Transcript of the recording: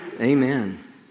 Amen